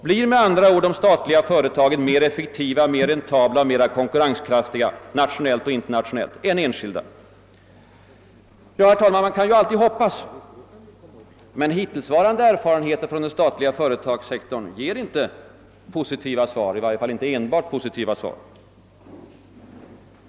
Blir med andra ord de statliga företagen mera effektiva, mera räntabla och mera konkurrenskraftiga, nationellt och internationellt, än de enskilda? Ja, herr talman, man kan ju alltid hoppas. Hittills varande erfarenheter från den statliga företagssektorn ger i varje fall inte enbart positiva svar.